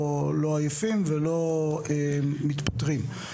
לא עייפים ולא מתפטרים.